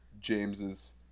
James's